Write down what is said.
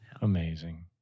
Amazing